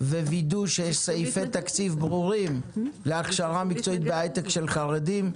ווידוא שיש סעיפי תקציב ברורים להכשרה מקצועית בהיי-טק של חרדים,